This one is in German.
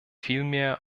vielmehr